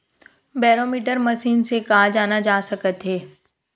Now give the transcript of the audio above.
Barometer machine से का जाना जा सकत हे?